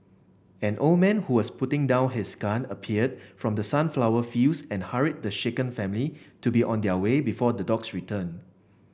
an old man who was putting down his gun appeared from the sunflower fields and hurried the shaken family to be on their way before the dogs return